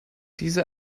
diese